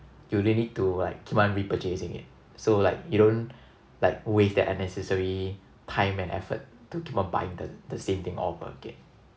you don't need to like keep on repurchasing it so like you don't like waste that unnecessary time and effort to keep on buying the the same thing all over again